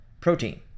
Protein